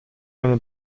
eine